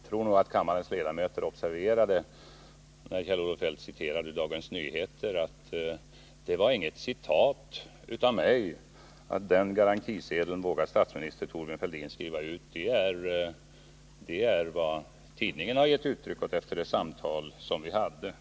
Herr talman! Jag tror nog att kammarens ledamöter observerade att det som Kjell-Olof Feldt återgav ur Dagens Nyheter inte var något citat av mig. ”Den garantisedeln vågar statsminister Thorbjörn Fälldin skriva ut” — detta är vad tidningen själv ger uttryck för efter det samtal vi hade.